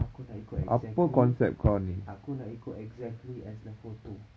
aku nak ikut exactly aku nak ikut exactly as the photo